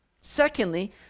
Secondly